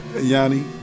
Yanni